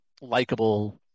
likable